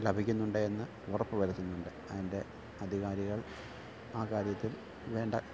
ലഭിക്കുന്നുണ്ട് എന്ന് ഉറപ്പ് വരുത്തുന്നുണ്ട് അതിൻ്റെ അധികാരികൾ ആ കാര്യത്തിൽ വേണ്ട